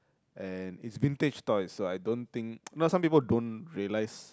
and it's vintage toys so I don't think you know some people don't realise